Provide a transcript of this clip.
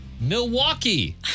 Milwaukee